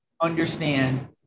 understand